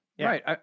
Right